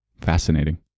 fascinating